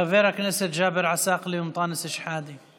חברי הכנסת ג'אבר עסאקלה ואנטאנס שחאדה.